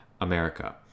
America